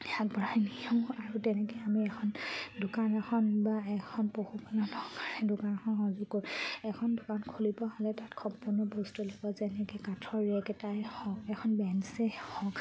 আগবঢ়াই নিওঁ আৰু তেনেকৈ আমি এখন দোকান এখন বা এখন পশুপালনৰ কাৰণে দোকান এখন সাজো কৰোঁ এখন দোকান খুলিব হ'লে তাত সম্পূৰ্ণ বস্তু লাগিব যেনেকৈ কাঠৰ ৰেগ এটাই হওক এখন বেঞ্চেই হওক